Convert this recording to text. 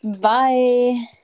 Bye